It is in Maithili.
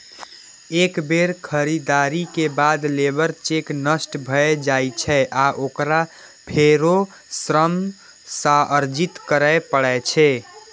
एक बेर खरीदारी के बाद लेबर चेक नष्ट भए जाइ छै आ ओकरा फेरो श्रम सँ अर्जित करै पड़ै छै